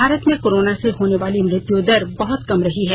भारत में कोरोना से होने वाली मृत्यु दर बहुत कम रही है